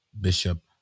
Bishop